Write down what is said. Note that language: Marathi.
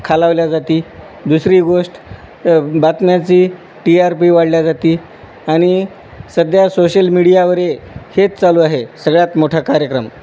खालवल्या जाते दुसरी गोष्ट बातम्याची टी आर पी वाढल्या जाते आणि सध्या सोशल मीडियावर हेच चालू आहे सगळ्यात मोठा कार्यक्रम